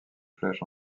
flèche